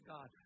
God